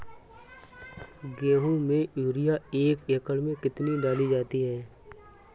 गेहूँ में यूरिया एक एकड़ में कितनी डाली जाती है?